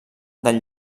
del